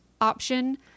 option